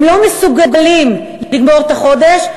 הם לא מסוגלים לגמור את החודש,